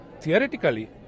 theoretically